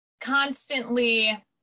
constantly